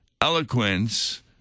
eloquence